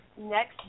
next